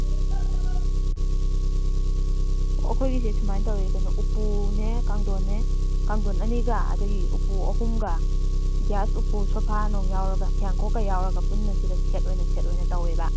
ꯑꯣ ꯑꯩꯈꯣꯏꯒꯤꯁꯦ ꯁꯨꯃꯥꯏꯅ ꯇꯧꯋꯦ ꯀꯩꯅꯣ ꯎꯄꯨꯅꯦ ꯀꯥꯡꯊꯣꯟꯅꯦ ꯀꯥꯡꯊꯣꯟ ꯑꯅꯤꯒ ꯑꯗꯒꯤ ꯎꯄꯨ ꯑꯍꯨꯝꯒ ꯒ꯭ꯌꯥꯁ ꯎꯄꯨ ꯁꯣꯐꯥꯅꯨꯡ ꯌꯥꯎꯔꯒ ꯐꯤꯌꯥꯟ ꯈꯣꯛꯀ ꯌꯥꯎꯔꯒ ꯄꯨꯟꯅ ꯁꯤꯗ ꯁꯦꯠ ꯑꯣꯏꯅ ꯁꯦꯠ ꯑꯣꯏꯅ ꯇꯧꯋꯦꯕ